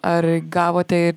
ar gavote ir